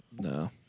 No